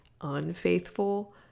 unfaithful